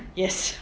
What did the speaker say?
yes